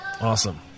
Awesome